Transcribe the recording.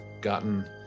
gotten